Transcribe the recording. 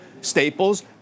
staples